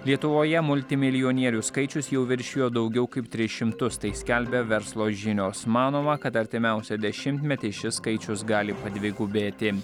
lietuvoje multimilijonierių skaičius jau viršijo daugiau kaip tris šimtus tai skelbia verslo žinios manoma kad artimiausią dešimtmetį šis skaičius gali padvigubėti